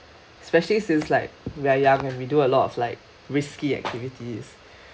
especially since like we are young and we do a lot of like risky activities